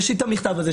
יש לי את המכתב הזה.